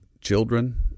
children